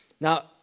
Now